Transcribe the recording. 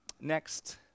Next